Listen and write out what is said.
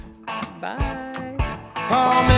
Bye